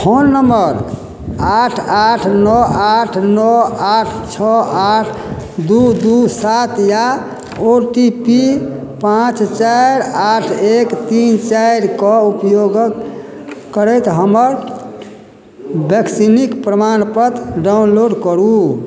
phone नंबर आठ आठ नओ आठ नओ आठ छओ आठ दू दू सात आ ओ टी पी पाँच चारि आठ एक तीन चारिके उपयोग करैत हमर वैक्सीनिक प्रमाणपत्र डाउनलोड करु